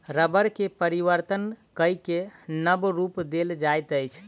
रबड़ के परिवर्तन कय के नब रूप देल जाइत अछि